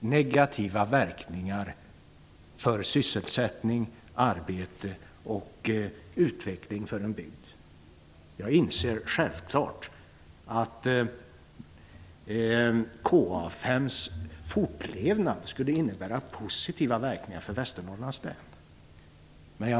negativa verkningar för sysselsättning, arbete och utveckling för en bygd. Jag inser självfallet att KA 5:s fortlevnad skulle innebära positiva verkningar för Västernorrlands län.